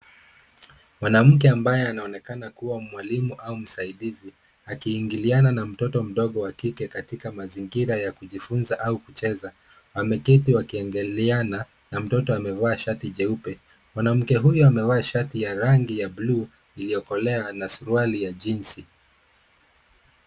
Mwanamke ambaye anaonekana kuwa mwalimu au mzaidizi akiingilia na mtoto mdogo wa kike katika mazingira ya kujifunza au kucheza. Ameketi wakengeliana na mtoto amevaa shati jeupe. Mwanamke huyu amavaa shati ya rangi ya bluu iliyokolea na suruali ya jinzi.